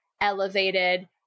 elevated